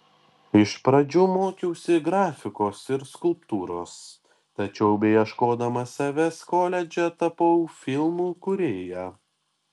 iš pradžių mokiausi grafikos ir skulptūros tačiau beieškodama savęs koledže tapau filmų kūrėja